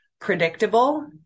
predictable